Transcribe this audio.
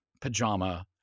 pajama